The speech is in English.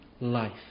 life